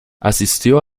asistió